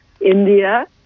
India